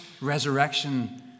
resurrection